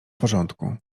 porządku